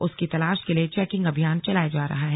उसकी तलाश के लिए चौकिंग अभियान चलाया जा रहा है